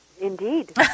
Indeed